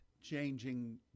changing